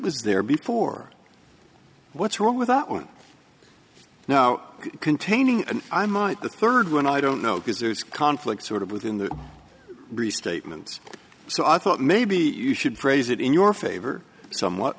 was there before what's wrong with that one now containing an i might the third one i don't know because there's conflict sort of within the restatements so i thought maybe you should praise it in your favor somewhat